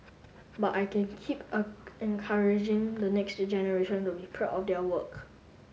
but I can keep encouraging the next generation to be proud of their work